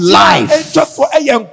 life